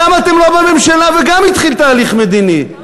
גם אתם לא בממשלה וגם התחיל תהליך מדיני,